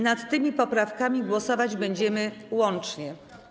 Nad tymi poprawkami głosować będziemy łącznie.